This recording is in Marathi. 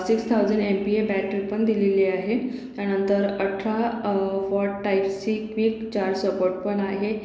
six thousand M P A बॅटरीपण दिलेली आहे त्यानंतर अठरा फॉट टाईप्सची फ्लिप चार्ज सपोर्ट पण आहे